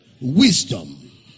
Wisdom